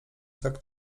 tak